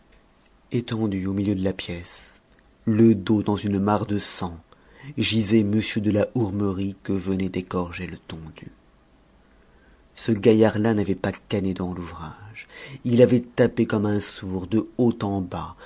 étendu au milieu de la pièce le dos dans une mare de sang gisait m de la hourmerie que venait d'égorger letondu ce gaillard-là n'avait pas cané devant l'ouvrage il avait tapé comme un sourd de haut en bas